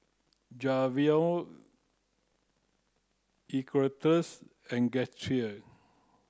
Erastus and Guthrie